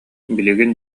билигин